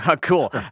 Cool